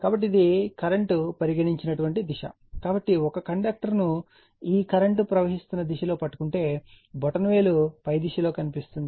కాబట్టి ఇది కరెంట్ పరిగణించిన దిశ కాబట్టి ఒక కండక్టర్ను ఈ కరెంట్ ప్రవహిస్తన్న దిశలో పట్టుకుంటే బొటనవేలు పై దిశ లో కనిపిస్తుంది